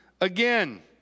again